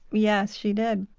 yes, she did,